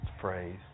phrase